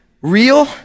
real